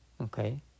Okay